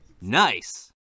Nice